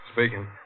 Speaking